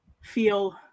feel